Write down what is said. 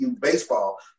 baseball